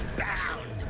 down